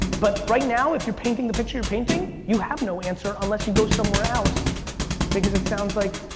but right now, if you're painting the picture you're painting, you have no answer unless you go somewhere else because it sounds like